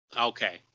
Okay